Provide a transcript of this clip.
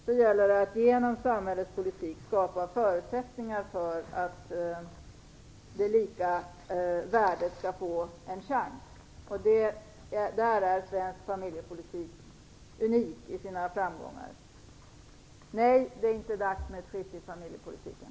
Det gäller att genom samhällets politik skapa förutsättningar för att det lika värdet skall få en chans. Därvidlag är svensk familjepolitik unikt framgångsrik. Nej, det är inte dags för ett skifte i familjepolitiken.